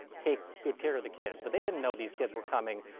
take good care of the kids. but they didn't know these kids were coming,